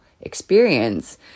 experience